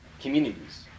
communities